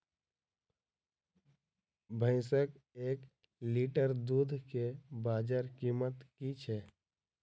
भैंसक एक लीटर दुध केँ बजार कीमत की छै?